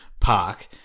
park